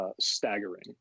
staggering